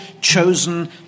chosen